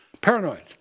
Paranoid